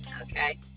okay